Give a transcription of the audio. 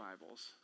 Bibles